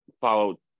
follow